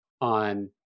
on